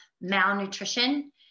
malnutrition